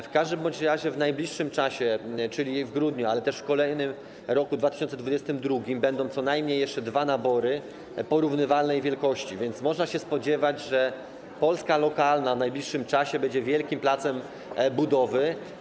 W każdym razie w najbliższym czasie, czyli w grudniu, ale też w kolejnym roku 2022, będą co najmniej jeszcze dwa nabory porównywalnej wielkości, więc można się spodziewać, że Polska lokalna w najbliższym czasie będzie wielkim placem budowy.